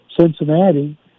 Cincinnati